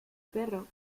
perro